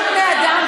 כולנו בני אדם,